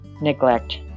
neglect